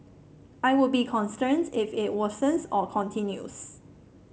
I would be concerned if it worsens or continues